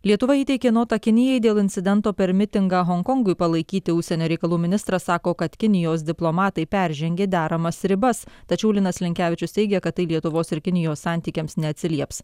lietuva įteikė notą kinijai dėl incidento per mitingą honkongui palaikyti užsienio reikalų ministras sako kad kinijos diplomatai peržengė deramas ribas tačiau linas linkevičius teigia kad tai lietuvos ir kinijos santykiams neatsilieps